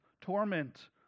torment